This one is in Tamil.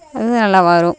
அதுவும் நல்லா வரும்